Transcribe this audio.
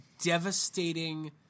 devastating